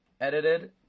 edited